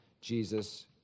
Jesus